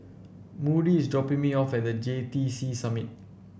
Moody is dropping me off at The J T C Summit